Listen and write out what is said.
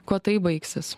kuo tai baigsis